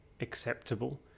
acceptable